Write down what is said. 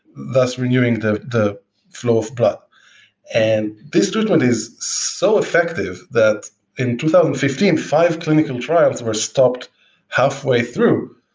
thus, renewing the the flow of blood and this treatment is so effective that in two thousand and fifteen, five clinical trials were stopped halfway through,